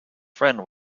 friend